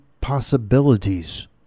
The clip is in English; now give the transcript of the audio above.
possibilities